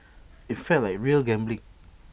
IT felt like real gambling